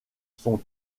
sont